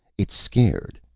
it's scared,